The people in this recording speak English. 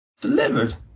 delivered